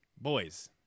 boys